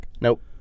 Nope